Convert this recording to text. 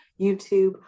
YouTube